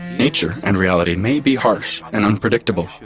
nature and reality may be harsh and unpredictable,